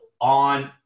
on